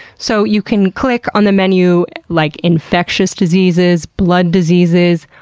so you can click on the menu, like, infectious diseases, blood diseases,